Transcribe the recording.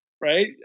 right